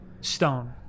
stone